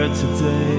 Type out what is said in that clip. today